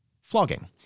flogging